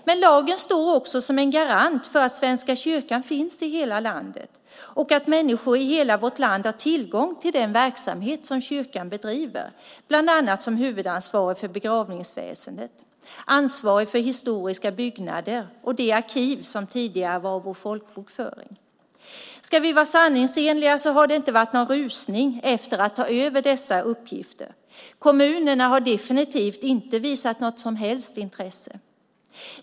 Men lagen står också som en garant för att Svenska kyrkan finns i hela landet och att människor i hela vårt land har tillgång till den verksamhet som kyrkan bedriver bland annat som huvudansvariga för begravningsväsen, ansvariga för historiska byggnader och de arkiv som tidigare var vår folkbokföring. Ska vi vara sanningsenliga har det inte varit någon rusning efter att ta över dessa uppgifter. Kommunerna har definitivt inte visat något som helst intresse.